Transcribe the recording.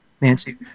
Nancy